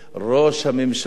בהחלטת ממשלה,